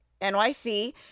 NYC